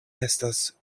estas